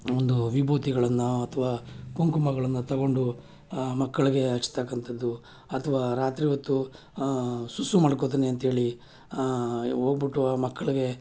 ಒಂದು ವಿಭೂತಿಗಳನ್ನು ಅಥ್ವಾ ಕುಂಕುಮಗಳನ್ನು ತಗೊಂಡು ಮಕ್ಕಳಿಗೆ ಹಚ್ತಕ್ಕಂಥದ್ದು ಅಥ್ವಾ ರಾತ್ರಿ ಹೊತ್ತು ಸುಸ್ಸು ಮಾಡ್ಕೊಳ್ತಲೇ ಅಂಥೇಳಿ ಹೋಗ್ಬಿಟ್ಟು ಆ ಮಕ್ಕಳಿಗೆ